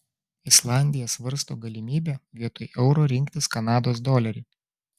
islandija svarsto galimybę vietoj euro rinktis kanados dolerį